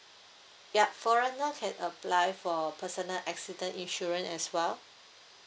yup foreigner can apply for personal accident insurance as well